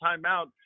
timeout